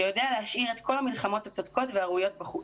שיודע להשאיר את כל המלחמות הצודקות והראויות בחוץ.